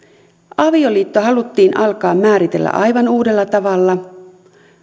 avioliitto haluttiin alkaa määritellä aivan uudella tavalla